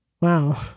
wow